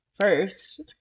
first